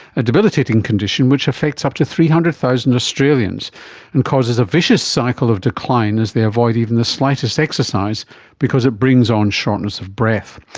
a debilitating condition which affects up to three hundred thousand australians and causes a vicious cycle of decline as they avoid even the slightest exercise because it brings on shortness of breath.